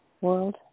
world